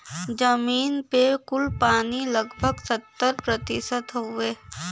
जमीन पे कुल पानी लगभग सत्तर प्रतिशत हउवे